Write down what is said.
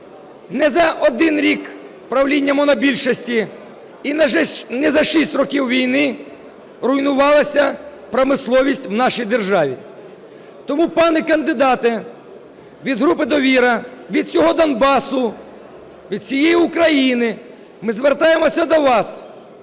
Не за один рік правління монобільшості і не за 6 років війни руйнувалася промисловість в нашій державі. Тому пане кандидате, від групи "Довіра", від всього Донбасу, від всієї України ми звертаємося до вас